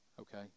okay